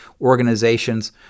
organizations